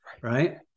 Right